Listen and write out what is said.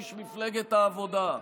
איש מפלגת העבודה,